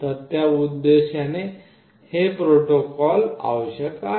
तर त्या उद्देशाने हे प्रोटोकॉल आवश्यक आहे